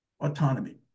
autonomy